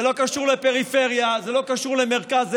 זה לא קשור לפריפריה וזה לא קשור למרכז,